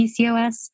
PCOS